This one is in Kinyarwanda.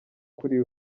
kuri